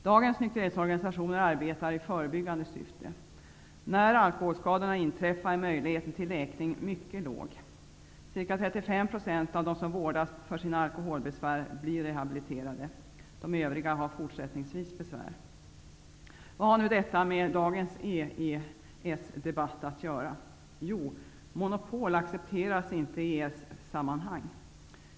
Dagens nykterhetsorganisationer arbetar i förebyggande syfte. När alkholskadorna inträffat är möjligheten till läkning mycket låg. Ca 35 % av dem som vårdas för sina alkoholbesvär blir rehabiliterade medan de övriga har fortsatta besvär. Vad har nu detta med dagens EES-debatt att göra? Jo, monopol accepteras inte i EES-sammanhang.